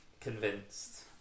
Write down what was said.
convinced